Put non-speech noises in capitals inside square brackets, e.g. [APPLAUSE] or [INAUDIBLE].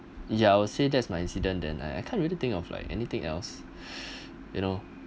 ya I would say that's my incident then I I can't really think of like anything else [BREATH] you know